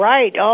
Right